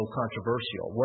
controversial